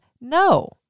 No